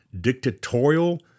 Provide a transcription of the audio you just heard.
dictatorial